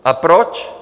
A proč?